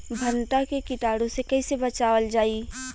भनटा मे कीटाणु से कईसे बचावल जाई?